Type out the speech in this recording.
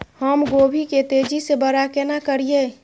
हम गोभी के तेजी से बड़ा केना करिए?